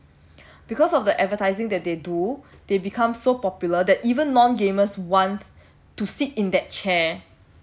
because of the advertising that they do they become so popular that even non gamers want to sit in that chair